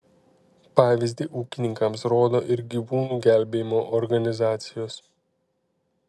pavyzdį ūkininkams rodo ir gyvūnų gelbėjimo organizacijos